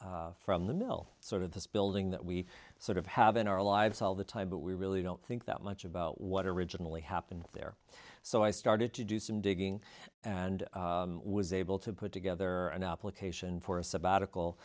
tell from the mill sort of this building that we sort of have in our lives all the time but we really don't think that much about what originally happened there so i started to do some digging and was able to put together an application for a sabbatical